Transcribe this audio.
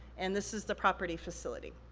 and this is the property facility.